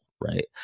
right